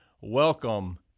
Welcome